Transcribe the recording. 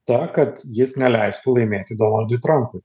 ta kad jis neleistų laimėti donaldui trampui